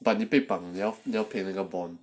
but 你被绑你要赔那个 bond